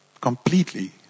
Completely